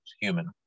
human